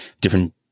different